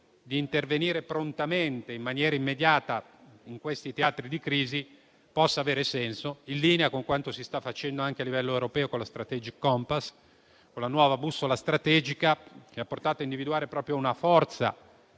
di intervenire prontamente in maniera immediata in questi teatri di crisi possa avere senso, in linea con quanto si sta facendo anche a livello europeo, con la *strategic compass*, con la nuova bussola strategica, che ha portato a individuare proprio una forza